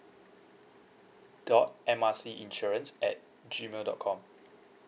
dot M R C insurance at G mail dot com